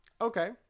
Okay